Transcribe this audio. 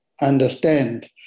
understand